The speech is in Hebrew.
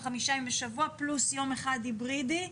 חמישה ימים בשבוע פלוס יום אחד היברידי,